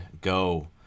go